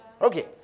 Okay